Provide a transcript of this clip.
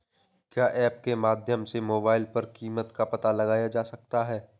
क्या ऐप के माध्यम से मोबाइल पर कीमत का पता लगाया जा सकता है?